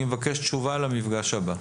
אני מבקש תשובה במפגש הבא.